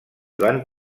van